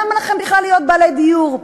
למה לכם בכלל להיות בעלי דירה?